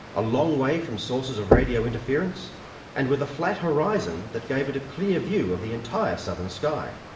a long way from sources of radio interference and with a flat horizon that gave it a clear view of the entire southern sky.